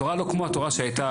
תורה לא כמו התורה שהייתה